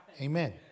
Amen